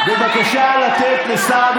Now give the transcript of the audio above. בבקשה לתת לשר,